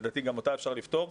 לדעתי גם אותה אפשר לפתור.